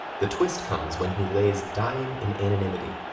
the twist comes when he lays dying in anonymity,